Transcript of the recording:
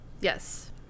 Yes